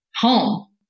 home